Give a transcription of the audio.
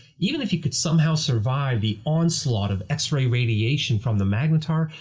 even if you could somehow survive the onslaught of x-ray radiation from the magnetar,